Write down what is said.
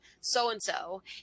so-and-so